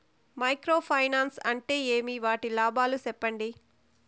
Micro finance అంటే ఏమి? వాటి లాభాలు సెప్పండి?